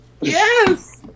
Yes